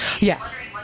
Yes